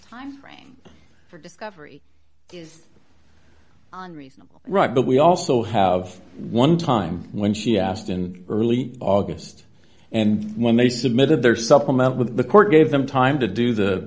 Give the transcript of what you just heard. time frame for discovery is all right but we also have one time when she asked in early august and when they submitted their supplement with the court gave them time to do the